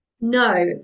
No